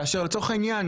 כאשר לצורך העניין